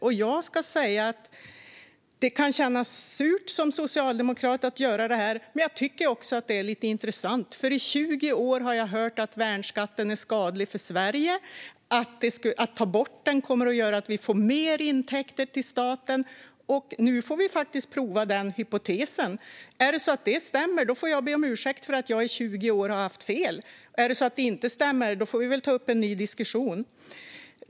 Det kan som socialdemokrat kännas surt att göra detta, men jag tycker också att det är lite intressant. I 20 år har jag hört att värnskatten är skadlig för Sverige och att vi får mer intäkter till staten om den tas bort. Nu får vi prova den hypotesen. Stämmer detta får jag be om ursäkt för att jag i 20 år har haft fel. Stämmer det inte får vi väl ta upp en ny diskussion.